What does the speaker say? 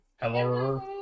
Hello